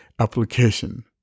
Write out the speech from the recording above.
application